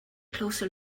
closer